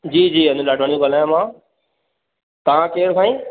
जी जी अनिल आडवानी थो ॻाल्हायां मां तव्हां केर साईं